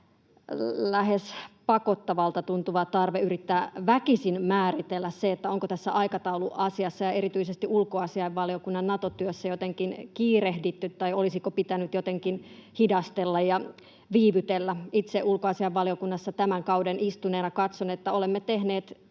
lähes pakottavalta tuntuva tarve yrittää väkisin määritellä se, että onko tässä aikatauluasiassa ja erityisesti ulkoasiainvaliokunnan Nato-työssä jotenkin kiirehditty tai olisiko pitänyt jotenkin hidastella ja viivytellä. Itse ulkoasiainvaliokunnassa tämän kauden istuneena katson, että olemme tehneet